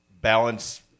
balance